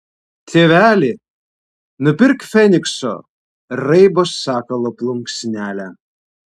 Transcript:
tėveli nupirk fenikso raibo sakalo plunksnelę